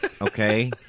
Okay